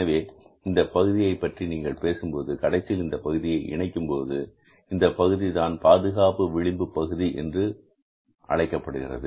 எனவே இந்தப் பகுதியைப் பற்றி நீங்கள் பேசும்போது கடைசியில் இந்த பகுதியை இணைக்கும்போது இந்தப் பகுதிதான் பாதுகாப்பு விளிம்பு பகுதி என்று அழைக்கப்படுகிறது